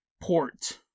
port